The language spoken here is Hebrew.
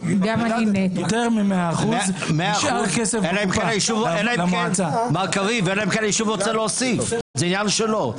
אלא אם כן היישוב רוצה להוסיף, זה עניין שלו.